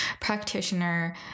practitioner